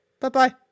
Bye-bye